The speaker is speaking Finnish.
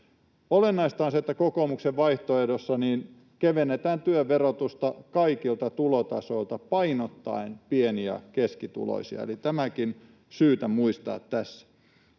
Olennaista on se, että kokoomuksen vaihtoehdossa kevennetään työn verotusta kaikilta tulotasoilta painottaen pieni- ja keskituloisia, eli tämäkin on syytä muistaa tässä.